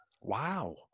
Wow